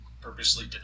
purposely